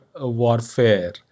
warfare